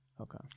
Okay